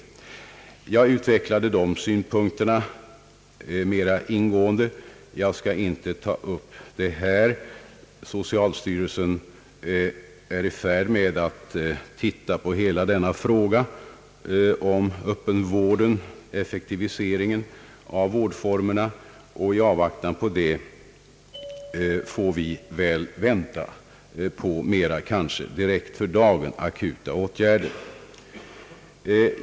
Vid konferensen utvecklade jag dessa synpunkter mer ingående men skall inte göra det här. Socialstyrelsen är i färd med en översyn av den öppna vården och möjligheterna att effektivisera vårdformerna.